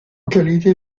qualité